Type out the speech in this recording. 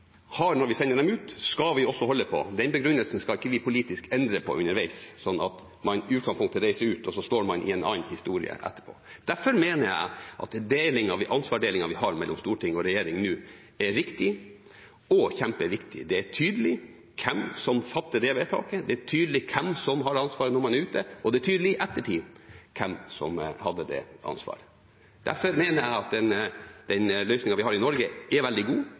har når vi sender dem ut, skal vi også holde på. Den begrunnelsen skal ikke vi politisk endre på underveis, slik at man i utgangspunktet reiser ut, og så står man i en annen historie etterpå. Derfor mener jeg at den ansvarsdelingen vi nå har mellom storting og regjering, er riktig og kjempeviktig. Det er tydelig hvem som fatter vedtaket, det er tydelig hvem som har ansvaret når man er ute, og det er tydelig i ettertid hvem som hadde det ansvaret. Derfor mener jeg at den løsningen vi har i Norge, er veldig god,